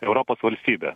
europos valstybę